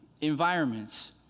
environments